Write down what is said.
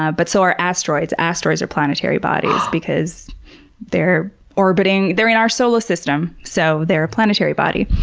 ah but so are asteroids. asteroids are planetary bodies because they're orbiting, they're in our solar system, so they're a planetary body.